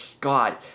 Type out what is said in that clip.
God